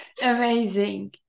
amazing